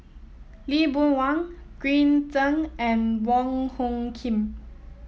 Lee Boon Wang Green Zeng and Wong Hung Khim